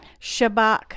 Shabbat